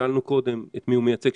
נשאלנו קודם את מי הוא מייצג.